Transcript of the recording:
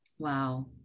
Wow